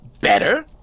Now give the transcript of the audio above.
Better